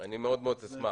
אני מאוד אשמח.